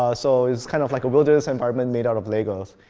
ah so it's kind of like a wilderness environment made out of legos.